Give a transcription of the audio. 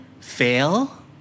Fail